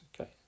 okay